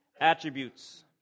attributes